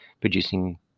producing